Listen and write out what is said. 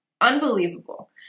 unbelievable